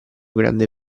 grande